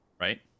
Right